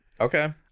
okay